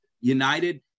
United